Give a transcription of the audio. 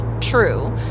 true